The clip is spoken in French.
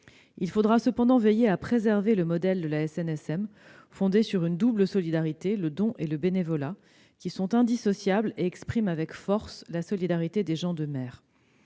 Il faudra cependant veiller à préserver le modèle de la SNSM, fondé sur une double solidarité, le don et le bénévolat, qui sont indissociables et expriment avec force la solidarité des gens de mer.